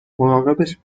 مراقبش